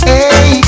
Hey